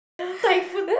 Thai food